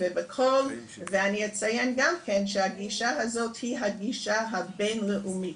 ואני אציין גם כן שהגישה הזאת היא הגישה הבינלאומית.